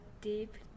deep